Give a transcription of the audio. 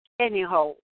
anyhow